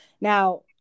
now